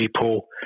people